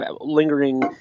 lingering